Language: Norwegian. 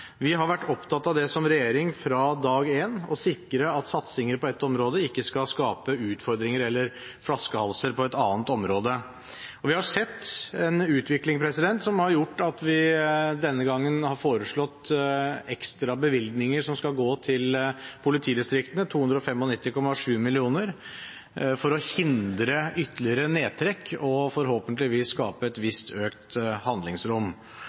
som regjering fra dag én vært opptatt av å sikre at satsinger på ett område ikke skal skape utfordringer eller flaskehalser på et annet område. Vi har sett en utvikling som har gjort at vi denne gangen har foreslått ekstra bevilgninger som skal gå til politidistriktene – 295,7 mill. kr – for å hindre ytterligere nedtrekk og forhåpentligvis skape et visst økt handlingsrom.